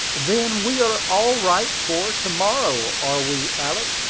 then we are all right for to-morrow, are we, alick?